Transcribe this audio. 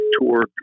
tour